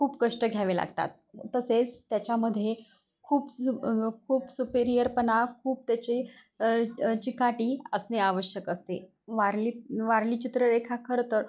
खूप कष्ट घ्यावे लागतात तसेच त्याच्यामध्ये खूप सु खूप सुपेरियरपणा खूप त्याची चिकाटी असणे आवश्यक असते वारली वारली चित्ररेखा खरं तर